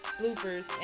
bloopers